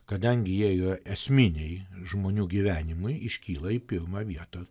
kadangi jie yra esminiai žmonių gyvenimui iškyla į pirmą vietą